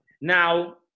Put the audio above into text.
Now